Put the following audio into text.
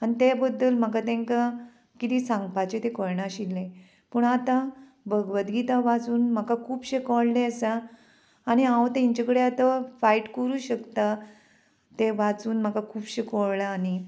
आनी ते बद्दल म्हाका तांकां किदें सांगपाचें तें कळनाशिल्लें पूण आतां भगवत गीता वाचून म्हाका खुबशें कळ्ळें आसा आनी हांव तेंचे कडेन आतां फायट करूं शकता तें वाचून म्हाका खुबशें कळ्ळां आनी